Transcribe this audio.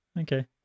Okay